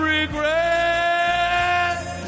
regret